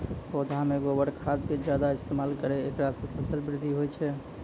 पौधा मे गोबर खाद के ज्यादा इस्तेमाल करौ ऐकरा से फसल बृद्धि होय छै?